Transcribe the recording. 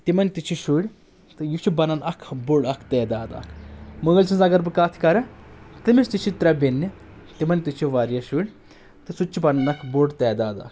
تِمَن تہِ چھِ شُرۍ تہٕ یہِ چھُ بنان اکھ بوٚڑ اکھ تعداد اکھ مٲلۍ سٕنٛز اگر بہٕ کتھ کرٕ تٔمِس تہِ چھِ ترٛےٚ بِیٚنہِ تِمن تہِ چھِ واریاہ شُرۍ تہٕ سُہ تہِ چھِ بنان اکھ بوٚڑ تعداد اکھ